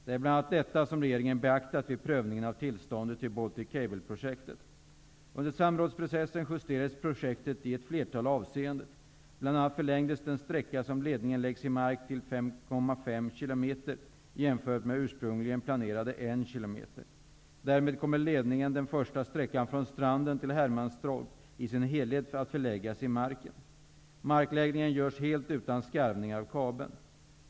Det är bl.a. detta som regeringen beaktat vid prövningen av tillståndet till Baltic Cableprojektet. Under samrådsprocessen justerades projektet i ett flertal avseenden; bl.a. förlängdes den sträcka som ledningen läggs i marken till ca 5,5 km jämfört med ursprungligen planerade 1 km. Därmed kommer ledningen den första sträckan från stranden till Markläggningen görs helt utan skarvningar av kabeln.